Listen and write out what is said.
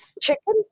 chicken